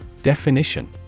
Definition